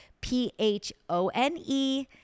P-H-O-N-E